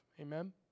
Amen